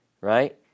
Right